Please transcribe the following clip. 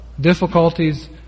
difficulties